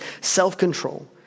self-control